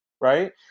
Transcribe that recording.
right